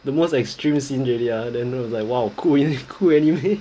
the most extreme scene already ah then you know it's like !wow! cool anyway cool anyway